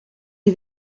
chi